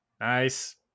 Nice